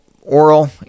oral